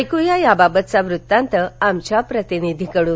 ऐक्या या बाबतचा वृतांत आमच्या प्रतिनिधीकडून